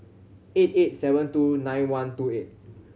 eight eight seven two nine one two eight